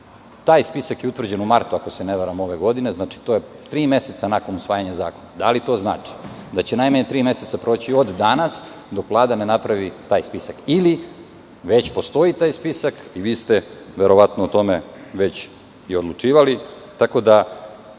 spisak je utvrđen u martu, ako se ne varam, ove godine. To je tri meseca nakon usvajanja zakona. Da li to znači da će najmanje tri meseca proći od danas dok Vlada ne napravi taj spisak? Ili, već postoji taj spisak i vi ste verovatno o tome već i odlučivali. Gospođo